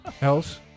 else